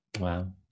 Wow